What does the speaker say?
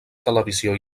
televisió